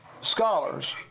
scholars